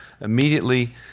Immediately